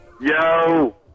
Yo